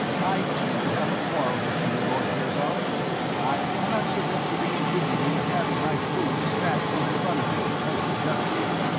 i, too, have a quarrel with you, lord virzal i cannot submit to the indignity of having my food snatched from in front of me, as you just did.